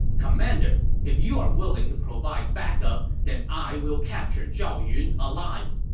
commander, if you are willing to provide backup, then i will capture zhao yun alive.